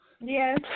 Yes